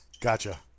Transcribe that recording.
Gotcha